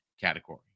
category